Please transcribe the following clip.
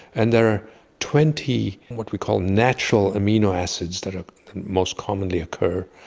and there are twenty what we call natural amino acids that ah most commonly occur,